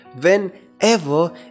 whenever